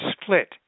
split